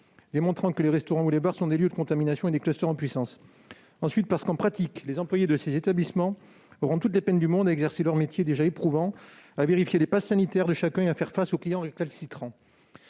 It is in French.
démontrant que les restaurants ou les bars seraient des lieux de contamination et des clusters en puissance. Ensuite, en pratique, les employés de ces établissements auront toutes les peines du monde à exercer leur métier, déjà éprouvant, à vérifier les passes sanitaires de chacun et à faire face aux clients récalcitrants.